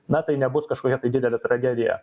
na tai nebus kažkokia tai didelė tragedija